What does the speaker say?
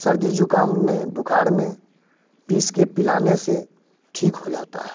सर्दी जुकाम में बुखार में पीस के पिलाने से ठीक हो जाता है